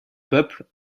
peuple